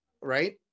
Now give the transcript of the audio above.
right